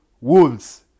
Wolves